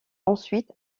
ensuite